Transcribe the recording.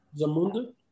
Zamunda